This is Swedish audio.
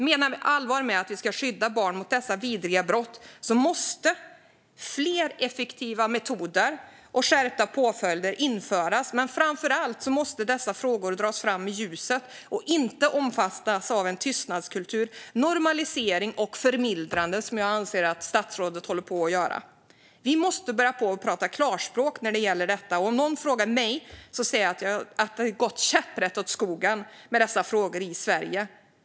Menar vi allvar med att vi ska skydda barn mot dessa vidriga brott måste fler effektiva metoder och skärpta påföljder införas, men framför allt måste dessa frågor dras fram i ljuset och inte omfattas av tystnadskultur, normalisering och förmildrande, vilket jag anser att statsrådet håller på med. Vi måste börja prata klarspråk när det gäller detta, och om någon frågar mig säger jag att det har gått käpprätt åt skogen med dessa frågor i Sverige.